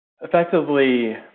effectively